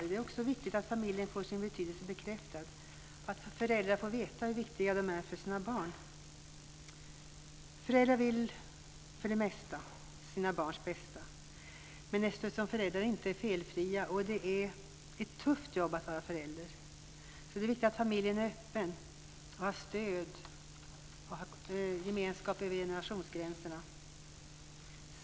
Det är också viktigt att familjen får sin betydelse bekräftad och att föräldrar får veta hur viktiga de är för sina barn. Föräldrar vill för det mesta sina barns bästa. Men eftersom föräldrar inte är felfria och det är ett tufft jobb att vara förälder är det viktigt att familjen är öppen och har stöd och gemenskap över generationsgränserna.